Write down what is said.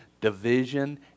division